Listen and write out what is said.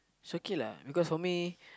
it's okay lah because for me